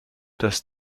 das